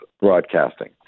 broadcasting